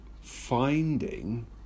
finding